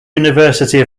university